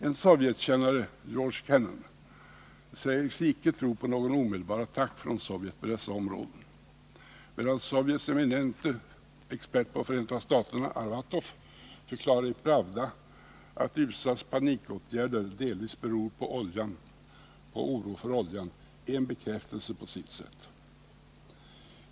En Sovjetkännare, George Kennan, säger sig icke tro på någon omedelbar attack från Sovjet på dessa områden, medan Sovjets eminente expert på Förenta staterna Arbatov förklarar i Pravda att USA:s panikåtgärder delvis beror på oro för oljan — en bekräftelse på sitt sätt.